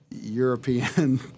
European